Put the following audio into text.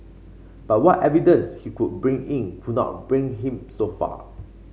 but what evidence he could bring in could not bring him so far